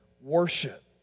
worship